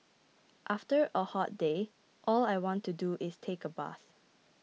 after a hot day all I want to do is take a bath